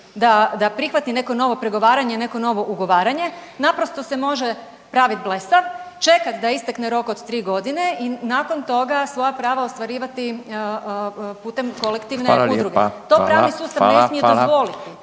da prihvati neko novo pregovaranje, neko novo ugovaranje, naprosto se može pravit blesav, čekat da istekne rok od tri godine i nakon toga svoja prava ostvarivati putem kolektivne udruge…/Upadica Reiner: Hvala